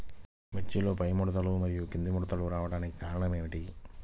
మిర్చిలో పైముడతలు మరియు క్రింది ముడతలు రావడానికి కారణం ఏమిటి?